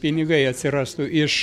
pinigai atsirastų iš